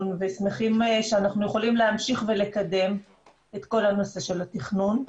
ושמחים שאנחנו להמשיך ולקדם את כל הנושא של התכנון.